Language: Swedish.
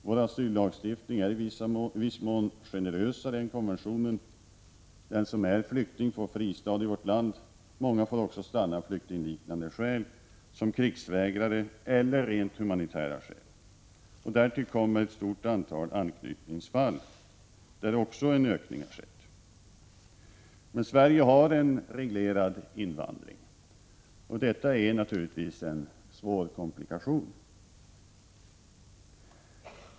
Vår asyllagstiftning är i viss mån generösare än konventionen. Den som är flykting får en fristad i vårt land. Många får också stanna av flyktingliknande skäl, t.ex. krigsvägrare, eller av rent humanitära skäl. Därtill kommer ett stort antal anknytningsfall. Där har också en ökning skett. Sverige har en reglerad invandring. Det är naturligtvis en svår komplikation.